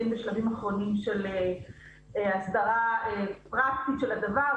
בשלבים אחרונים של הסדרה פרקטית של הדבר,